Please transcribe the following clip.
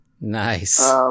Nice